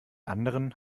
anderen